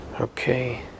Okay